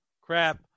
crap